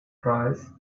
prize